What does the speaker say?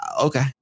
okay